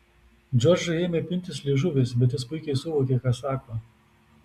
džordžui ėmė pintis liežuvis bet jis puikiai suvokė ką sako